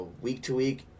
week-to-week